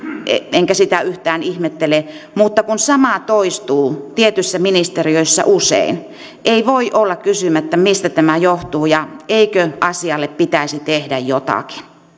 enkä sitä yhtään ihmettele mutta kun sama toistuu tietyissä ministeriöissä usein ei voi olla kysymättä mistä tämä johtuu ja eikö asialle pitäisi tehdä jotakin